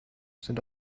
sind